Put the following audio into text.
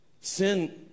sin